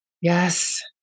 yes